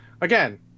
again